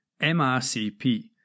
MRCP